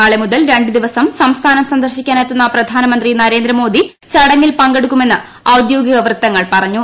നാളെ മുതൽ രണ്ട് ദിവസം സംസ്ഥാനം സന്ദർശിക്കാനെത്തുന്ന പ്രധാനമന്ത്രി നരേന്ദ്രമോദി ചടങ്ങിൽ പങ്കെടുക്കുമെന്ന് ഔദ്യോഗിക വൃത്തങ്ങൾ പറഞ്ഞു